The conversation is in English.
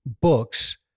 books